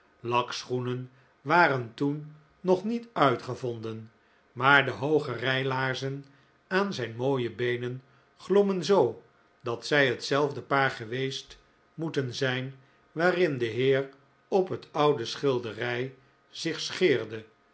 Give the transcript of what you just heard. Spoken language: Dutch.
lakschoenen waren toen nog niet uitgevonden maar de hooge rijlaarzen aan zijn mooie beenen glommen zoo dat zij hetzelfde paar geweest moeten zijn waarin de heer op het oude schilderij zich scheerde